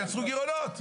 הם יצרו גירעונות.